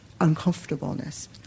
uncomfortableness